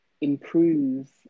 improve